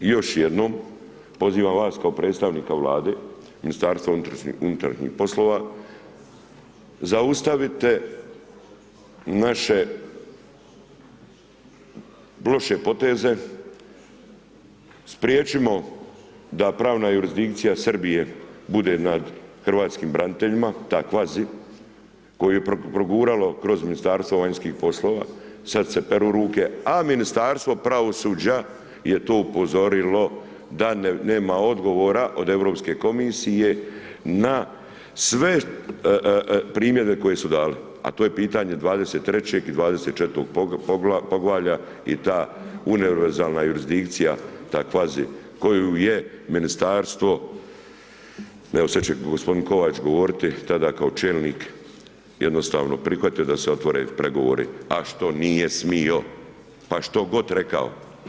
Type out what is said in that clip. I još jednom pozivam vas kao predsjedništva Vlada, Ministarstvo unutarnjih poslova, zaustavite naše loše poteze, spriječimo da pravna jurisdikcija Srbije bude na hrvatskim braniteljima, ta kvazi, koju je proguralo kroz Ministarstvo vanjskih poslova, sada se peru ruke, a Ministarstvo pravosuđa, je to upozorio, da nema odgovora od Europske komisije, na sve primjedbe koje su dali, a to je pitanje 23. i 24. poglavalja i ta univerzalna jurisdikcija, ta kvazi, koju je Ministarstvo, evo sada će g. Kovač govoriti, tada kao čelnik jednostavno prihvatio, da se otvore pregovori, a što nije smio, pa što god rekao.